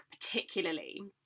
particularly